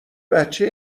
بچه